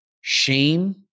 shame